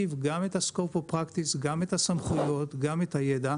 עושים גם סיור בכנסת וגם ממשיכים הלאה ליום כיף מיוחד,